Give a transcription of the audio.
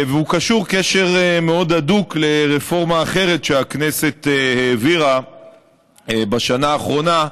והוא קשור בקשר מאוד הדוק לרפורמה אחרת שהכנסת העבירה בשנה האחרונה,